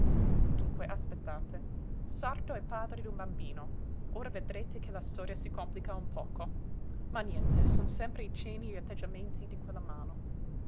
dunque aspettate sarto e padre d'un bambino ora vedrete che la storia si complica un poco ma niente son sempre i cenni e gli atteggiamenti di quella mano